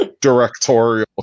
directorial